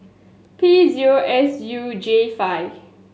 P zero S U J five